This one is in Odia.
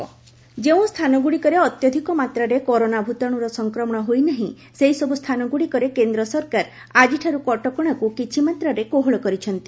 ଲକ୍ଡାଉନ୍ ରିଲାକ୍ଟେସନ୍ ଯେଉଁ ସ୍ଥାନଗୁଡ଼ିକରେ ଅତ୍ୟଧିକ ମାତ୍ରାରେ କରୋନା ଭୂତାଣୁର ସଂକ୍ରମଣ ହୋଇନାହିଁ ସେହିସବୁ ସ୍ଥାନଗୁଡ଼ିକରେ କେନ୍ଦ୍ର ସରକାର ଆକିଠାରୁ କଟକଣାକୁ କିଛିମାତ୍ରାରେ କୋହଳ କରିଛନ୍ତି